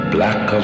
Black